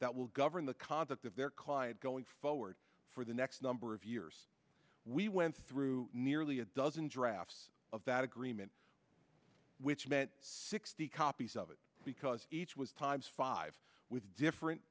that will govern the conduct of their client going forward for the next number of years we went through nearly a dozen drafts of that agreement which meant sixty copies of it because each was times five with different